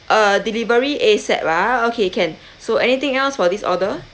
uh delivery ASAP ah okay can so anything else for this order